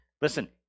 listen